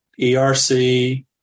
ERC